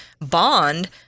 bond